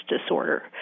disorder